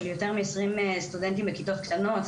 של יותר מ-20 סטודנטים בכיתות קטנות.